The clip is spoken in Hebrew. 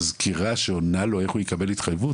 מזכירה שעונה לו כשהוא צריך לקבל התחייבות.